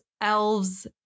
elves